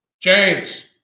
James